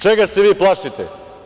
Čega se vi plašite?